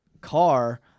car